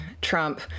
Trump